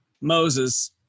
Moses